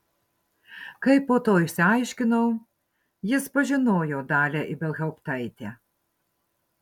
kaip po to išsiaiškinau jis pažinojo dalią ibelhauptaitę